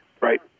Right